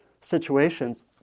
situations